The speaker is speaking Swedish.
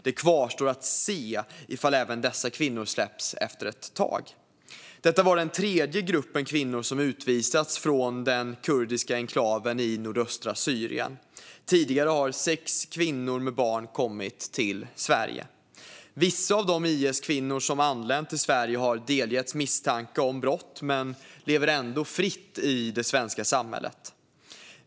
Det kvarstår att se ifall även dessa kvinnor släpps efter ett tag. Detta var den tredje gruppen kvinnor som utvisats från den kurdiska enklaven i nordöstra Syrien. Tidigare har sex kvinnor med barn kommit till Sverige. Vissa av de IS-kvinnor som anlänt till Sverige har delgetts misstanke om brott men lever ändå fritt i det svenska samhället.